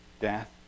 death